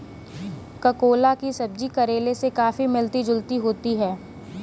ककोला की सब्जी करेले से काफी मिलती जुलती होती है